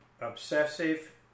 obsessive